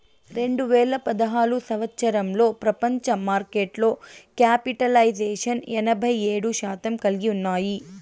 రెండు వేల పదహారు సంవచ్చరంలో ప్రపంచ మార్కెట్లో క్యాపిటలైజేషన్ ఎనభై ఏడు శాతం కలిగి ఉన్నాయి